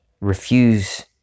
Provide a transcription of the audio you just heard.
refuse